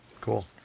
Cool